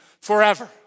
forever